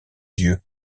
dieu